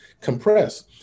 compress